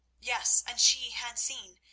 yes, and she had seen,